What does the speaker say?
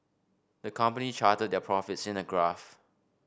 the company charted their profits in a graph